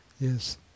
Yes